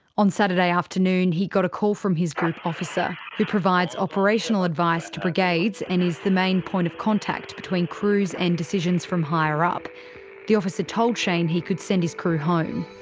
on saturday afternoon, he got a call from his group officer who provides operational advice to brigades and is the main point of contact between crews and decisions from higher up the officer told shane he could send his crew home.